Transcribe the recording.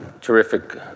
terrific